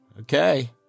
Okay